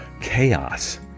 chaos